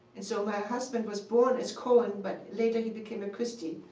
and so my husband was born as cohen, but later he became a christy.